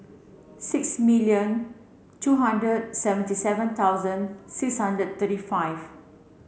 six million two hundred seventy seven thousand six hundred thirty five